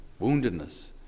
woundedness